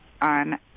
on